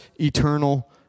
eternal